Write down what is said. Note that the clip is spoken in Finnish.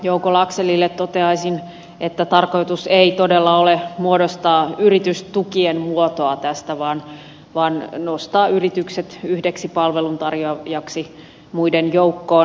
jouko laxellille toteaisin että tarkoitus ei todella ole muodostaa yritystukien muotoa tästä vaan nostaa yritykset yhdeksi palveluntarjoajaksi muiden joukkoon